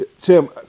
Tim